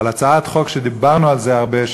על הצעת חוק שדיברנו עליה הרבה,